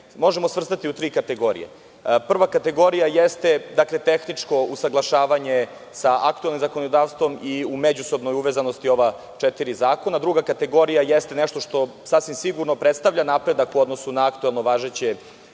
možemo svrstati u tri kategorije. Prva kategorija jeste tehničko usaglašavanje sa aktuelnim zakonodavstvom i u međusobnoj uvezanosti ova četiri zakona. Druga kategorija jeste nešto što, sasvim sigurno, predstavlja napredak u odnosu na aktuelne važeće